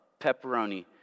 pepperoni